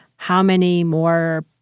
how many more